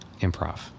improv